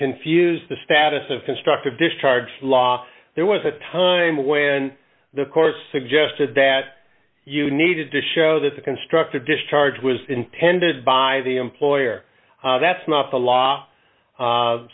confused the status of constructive discharge law there was a time when the courts suggested that you needed to show that the constructive discharge was intended by the employer that's not the law